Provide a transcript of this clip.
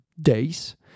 days